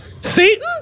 Satan